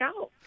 out